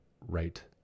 right